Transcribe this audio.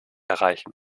erreichen